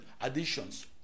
additions